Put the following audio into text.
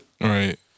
Right